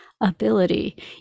ability